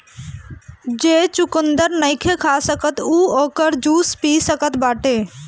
जे चुकंदर नईखे खा सकत उ ओकर जूस पी सकत बाटे